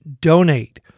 donate